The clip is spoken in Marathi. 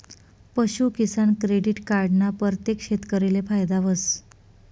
पशूकिसान क्रेडिट कार्ड ना परतेक शेतकरीले फायदा व्हस